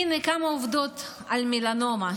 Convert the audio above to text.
הינה כמה עובדות על מלנומה.